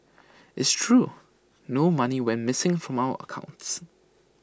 it's true no money went missing from our accounts